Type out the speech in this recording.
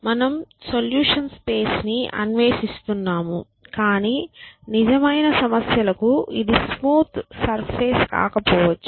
మనం సొల్యూషన్ స్పేస్ని అన్వేషిస్తున్నాము కానీ నిజమైన సమస్యలకు ఇది స్మూత్ సర్ఫేస్ కాకపోవచ్చు